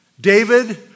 David